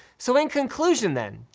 so in conclusion then,